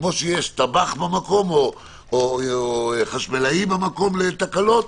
כמו שיש טבח במקום או חשמלאי במקום לתקלות,